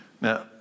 Now